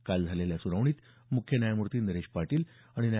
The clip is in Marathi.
काल झालेल्या सुनावणीत मुख्य न्यायमूर्ती नरेश पाटील आणि न्या